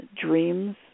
dreams